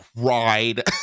cried